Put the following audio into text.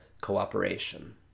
cooperation